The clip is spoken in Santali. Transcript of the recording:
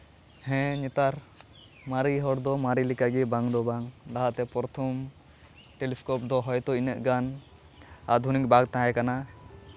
ᱦᱮᱸ ᱱᱮᱛᱟᱨ ᱢᱟᱨᱮ ᱦᱚᱲ ᱫᱚ ᱢᱟᱨᱮ ᱞᱮᱠᱟᱜᱮ ᱵᱟᱝ ᱫᱚ ᱵᱟᱝ ᱞᱟᱦᱟᱛᱮ ᱯᱨᱚᱛᱷᱚᱢ ᱴᱮᱞᱤᱥᱠᱳᱯ ᱫᱚ ᱦᱚᱭᱛᱳ ᱩᱱᱟᱹᱜ ᱜᱟᱱ ᱟᱹᱫᱷᱩᱱᱤᱠ ᱵᱟᱝ ᱛᱟᱦᱮᱸ ᱠᱟᱱᱟ